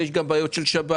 יש את העניין של שבת.